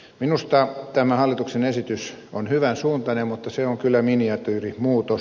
minusta tämä hallituksen esitys on hyvän suuntainen mutta se on kyllä miniatyyrimuutos